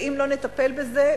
ואם לא נטפל בזה,